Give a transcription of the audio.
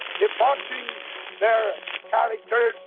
debauching their characters,